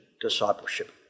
discipleship